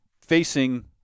facing